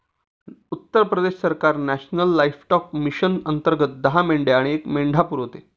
उत्तर प्रदेश सरकार national livestock mission अंतर्गत दहा मेंढ्या आणि एक मेंढा पुरवते